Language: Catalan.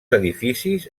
edificis